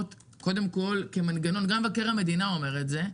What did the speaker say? גם מבקר המדינה אומר את זה,